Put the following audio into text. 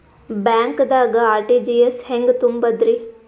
ಬ್ಯಾಂಕ್ದಾಗ ಆರ್.ಟಿ.ಜಿ.ಎಸ್ ಹೆಂಗ್ ತುಂಬಧ್ರಿ?